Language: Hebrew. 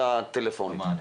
תודה.